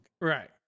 Right